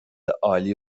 عالی